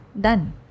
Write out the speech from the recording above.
done